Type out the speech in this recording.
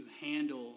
handle